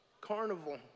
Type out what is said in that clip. carnival